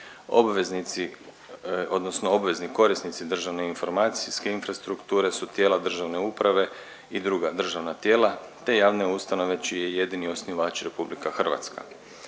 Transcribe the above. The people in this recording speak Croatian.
obvezni korisnici državne informacijske infrastrukture su tijela državne uprave i druga državna tijela te javne ustanove čiji je jedini osnivač RH. Fakultativni